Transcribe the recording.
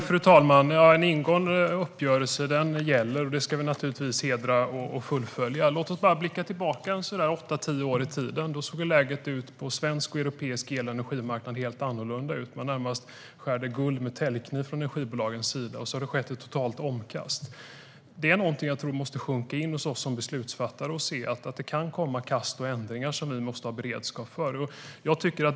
Fru talman! En ingången uppgörelse gäller. Den ska vi naturligtvis hedra och fullfölja. Låt oss blicka tillbaka åtta tio år i tiden! Då såg läget på svensk och europeisk el och energimarknad helt annorlunda ut. Energibolagen skar närmast guld med täljkniv. Det har skett ett totalt omkast. Jag tror att det måste sjunka in hos oss beslutsfattare. Det kan komma kast och ändringar som vi måste ha beredskap för.